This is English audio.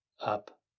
up